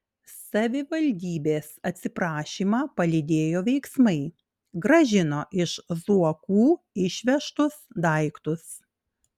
savivaldybės atsiprašymą palydėjo veiksmai grąžino iš zuokų išvežtus daiktus